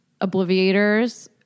Obliviators